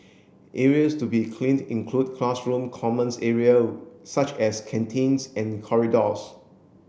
areas to be cleaned include classroom commons area such as canteens and corridors